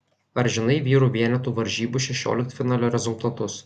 ar žinai vyrų vienetų varžybų šešioliktfinalio rezultatus